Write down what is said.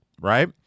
right